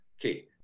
okay